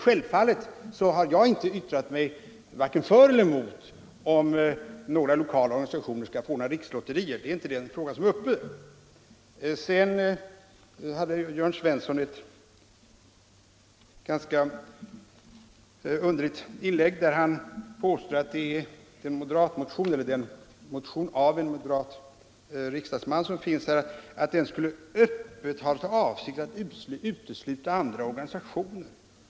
Självfallet har jag inte yttrat mig vare sig för eller mot kraven på att lokala organisationer skall få anordna rikslotterier. Det är inte det vi nu har att ta ställning till. Herr Jörn Svensson påstod i ett ganska underligt inlägg att en moderat riksdagsman i en av de motioner vi nu behandlar öppet skulle syfta till att utesluta andra organisationer i detta sammanhang.